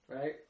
Right